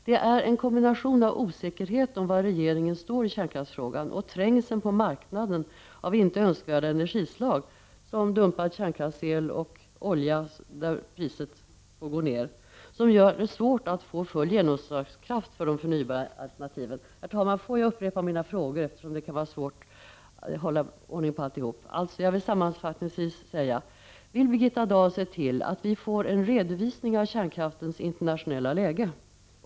Det är en kombination av osäkerhet om var regeringen står i kärnkraftsfrågan och trängseln på marknaden av icke önskvärda energislag, som dumpad kärnkraftsel och sjunkande oljepriser, som gör det svårt att få full genomslagskraft för de förnybara alternativen. Herr talman! Får jag sammanfattningsvis upprepa mina frågor: Vill Birgitta Dahl se till att vi får en redovisning av kärnkraftens internationella läge?